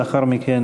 לאחר מכן